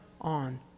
on